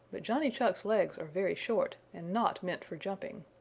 but johnny chuck's legs are very short and not meant for jumping.